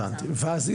ואז,